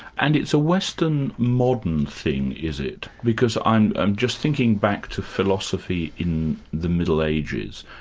and it's a western, modern thing, is it? because i'm i'm just thinking back to philosophy in the middle ages.